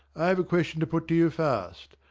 i have a question to put to you first.